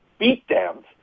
beatdowns